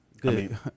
Good